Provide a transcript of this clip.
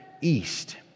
east